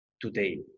today